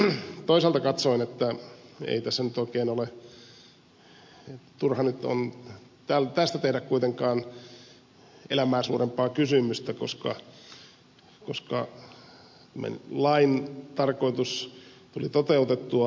mutta toisaalta katsoen turha tästä on tehdä kuitenkaan elämää suurempaa kysymystä koska lain tarkoitus tuli toteutettua